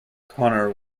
connor